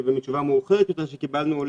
מתשובה מאוחרת שקיבלנו עולה,